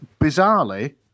bizarrely